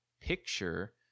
picture